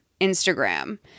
Instagram